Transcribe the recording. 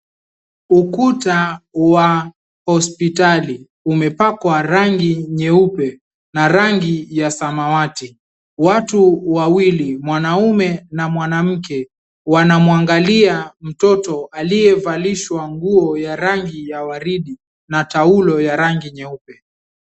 Ukuta wa hospitali umepakwa rangi nyeupe na rangi ya samawati. Watu wawili; mwanaume na mwanamke wanamwangalia mtoto aliyevalishwa nguo ya rangi ya waridi na taulo ya rangi nyeupe.